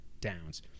Downs